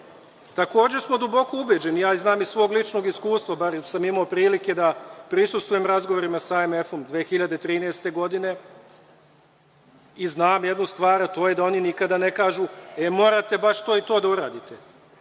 za to. Duboko smo ubeđeni, a ja znam iz svog ličnog iskustva, barem sam imao prilike da prisustvujem razgovorima sa MMF-om 2013. godine i znam jednu stvar, a to je da oni nikada ne kažu – e, morate baš to i to da uradite.